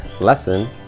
lesson